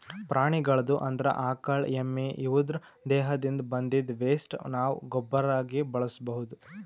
ಪ್ರಾಣಿಗಳ್ದು ಅಂದ್ರ ಆಕಳ್ ಎಮ್ಮಿ ಇವುದ್ರ್ ದೇಹದಿಂದ್ ಬಂದಿದ್ದ್ ವೆಸ್ಟ್ ನಾವ್ ಗೊಬ್ಬರಾಗಿ ಬಳಸ್ಬಹುದ್